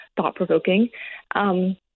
thought-provoking